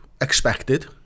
expected